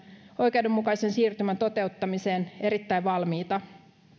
oikeudenmukaisen siirtymän toteuttamiseen erittäin valmiita